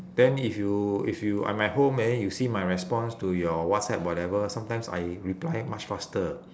then if you if you I'm at home and then you see my response to your whatsapp whatever sometimes I reply much faster